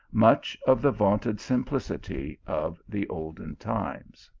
much of the vaunted simpli city of the olden times.